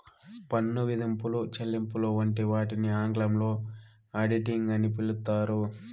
పన్ను విధింపులు, చెల్లింపులు వంటి వాటిని ఆంగ్లంలో ఆడిటింగ్ అని పిలుత్తారు